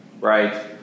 right